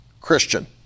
Christian